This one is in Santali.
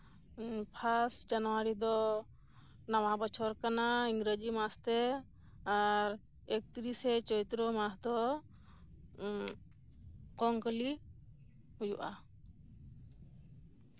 ᱯᱷᱟᱨᱥᱴ ᱡᱟᱱᱩᱣᱟᱨᱤ ᱫᱚ ᱱᱟᱣᱟ ᱵᱚᱪᱷᱚᱨ ᱠᱟᱱᱟ ᱤᱝᱨᱮᱡᱤ ᱢᱟᱥ ᱛᱮ ᱟᱨ ᱮᱠᱛᱨᱤᱥᱮ ᱪᱳᱭᱛᱨᱚ ᱫᱚ ᱠᱚᱝᱠᱟᱞᱤ ᱦᱩᱭᱩᱜᱼᱟ